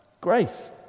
grace